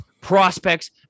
prospects